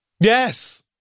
Yes